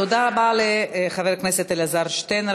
תודה רבה לחבר הכנסת אלעזר שטרן.